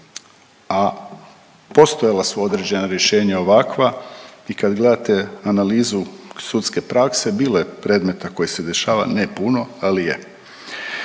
a postojala su određena rješenja ovakva. I kad gledate analizu sudske prakse bilo je predmeta koje se dešava, ne puno, ali je.